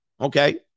Okay